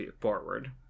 forward